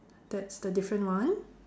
that's the different one